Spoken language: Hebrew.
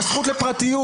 הזכות לפרטיות.